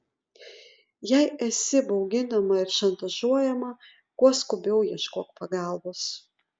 jei esi bauginama ir šantažuojama kuo skubiau ieškok pagalbos